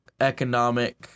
economic